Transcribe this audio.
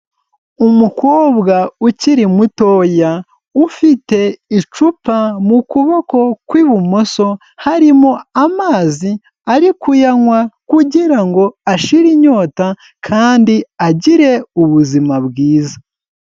Umukobwa ukiri mutoya ufite icupa mu kuboko kw'ibumoso harimo amazi ari kuyanywa kugira ngo ashire inyota kandi agire ubuzima bwiza.